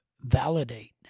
validate